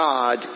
God